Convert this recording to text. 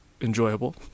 enjoyable